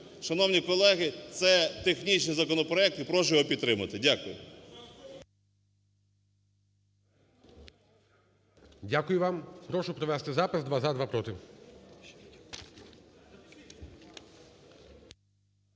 Шановні колеги, це технічний законопроект і прошу його підтримати. Дякую.